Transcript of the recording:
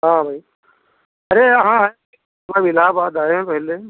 हाँ भाई अरे हाँ है हम इलहाबाद आए हैं पहले ही